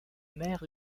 mère